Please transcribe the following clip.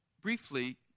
briefly